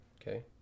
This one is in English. Okay